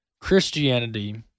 Christianity